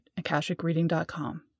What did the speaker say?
akashicreading.com